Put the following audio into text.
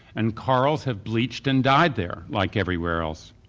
and corals have bleached and died there like everywhere else.